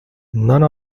none